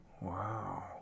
Wow